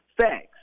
facts